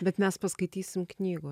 bet mes paskaitysim knygoj